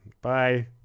Bye